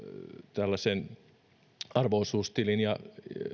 tällaisen arvo osuustilin ja